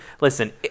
listen